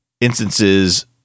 instances